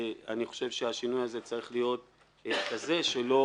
אני חושב שהשינוי הזה צריך להיות כזה שלא